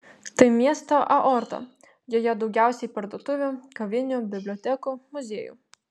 tai miesto aorta joje daugiausiai parduotuvių kavinių bibliotekų muziejų